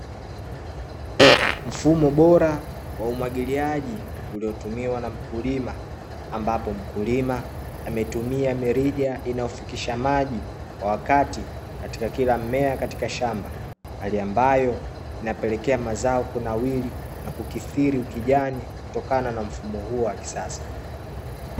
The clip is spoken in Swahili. Mfumo bora wa umwagiliaji uliotumiwa na mkulima, ambapo mkulima ametumia mirija inayofikisha maji kwa wakati katika kila mmea katika shamba, hali ambayo inapelekea mazao kunawiri na kukithiri kijani, kutokana na mfumo huo wa kisasa.